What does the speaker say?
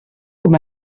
com